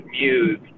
muse